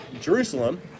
Jerusalem